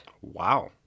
Wow